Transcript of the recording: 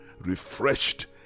refreshed